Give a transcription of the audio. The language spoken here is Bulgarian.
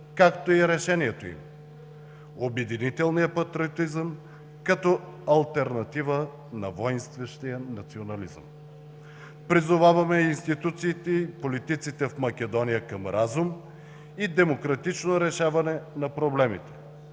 както и решението им – обединителният патриотизъм като алтернатива на войнстващия национализъм. Призоваваме и институциите, и политиците в Македония към разум и демократично решаване на проблемите,